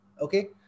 Okay